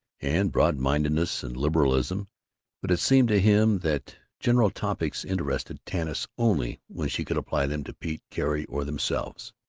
and broad-mindedness and liberalism but it seemed to him that general topics interested tanis only when she could apply them to pete, carrie, or themselves.